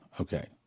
Okay